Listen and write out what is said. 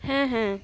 হ্যাঁ হ্যাঁ